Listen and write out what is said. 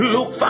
Look